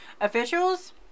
Officials